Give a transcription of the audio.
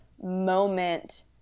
moment